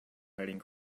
hiding